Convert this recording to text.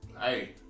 Hey